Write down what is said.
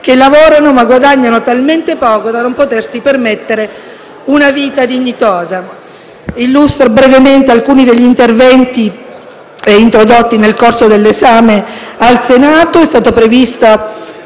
pur lavorando guadagnano talmente poco da non potersi permettere una vita dignitosa. Illustro brevemente alcuni degli interventi introdotti nel corso dell'esame in Senato.